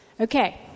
Okay